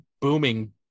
booming